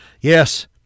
yes